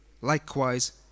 likewise